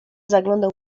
zaglądał